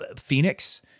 Phoenix